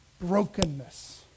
brokenness